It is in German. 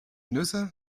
nüsse